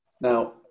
Now